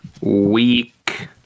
week